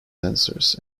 sensors